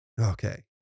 okay